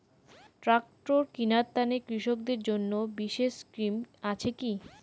Tractor কিনার তানে কৃষকদের জন্য বিশেষ স্কিম আছি কি?